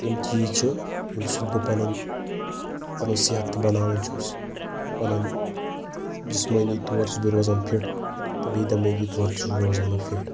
یِم چیٖز چھِ ییٚمہِ سۭتۍ بہٕ پَنُن پَنُن صحت تہِ بَناون چھُس پَنُن جِسمٲنی طور چھُس بہٕ روزن فِٹ تہٕ بیٚیہِ دٮ۪مٲغی طور تہِ چھُس بہٕ روزان فِٹ